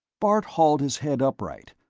bart hauled his head upright,